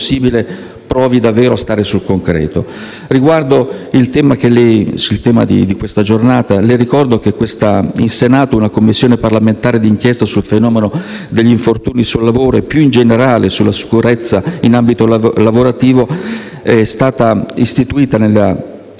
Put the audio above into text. riguarda il tema all'ordine del giorno, le ricordo che in Senato una Commissione parlamentare d'inchiesta sul fenomeno degli infortuni sul lavoro e, più in generale, sulla sicurezza in ambito lavorativo è stata istituita nella XIV